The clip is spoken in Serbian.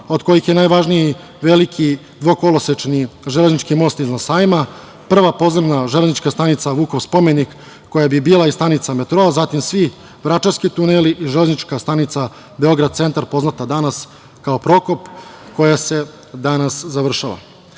od kojih je najvažniji veliki dvokolosečni železnički most iznad sajma, prva podzemna železnička stanica „Vukov spomenik“, koja bi bila i stanica metroa, zatim svi vračarski tuneli i Železnička stanica Beograd - centar, poznata danas kao Prokop, koja se danas završava. Takođe